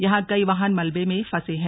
यहां कई वाहन मलबे में फंसे हैं